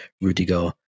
Rudiger